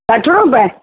सठ रुपए